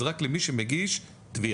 זה רק למי שמגיש תביעה.